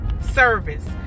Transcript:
service